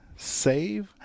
save